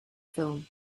film